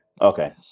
Okay